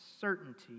certainty